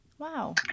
wow